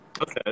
Okay